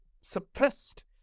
suppressed